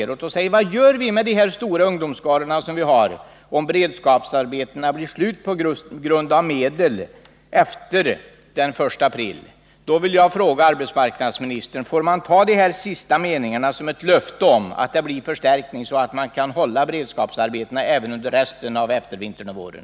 De frågar sig: Vad skall vi göra med de stora ungdomsskaror som vi har om beredskapsarbetena upphör efter den 1 april på grund av brist på medel? Här vill jag ställa en konkret fråga till arbetsmarknadsministern: Får man ta de sista meningarna i svaret som ett löfte om en förstärkning, så att man kan hålla beredskapsarbetena i gång även under eftervintern och våren?